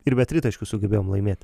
ir be tritaškių sugebėjom laimėt